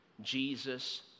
Jesus